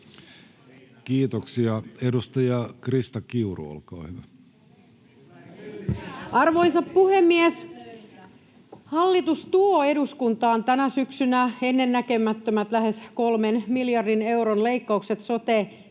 Kiitoksia. — Edustaja Krista Kiuru, olkaa hyvä. Arvoisa puhemies! Hallitus tuo eduskuntaan tänä syksynä ennennäkemättömät lähes 3 miljardin euron leikkaukset sote-sektorilta,